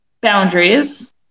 boundaries